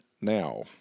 now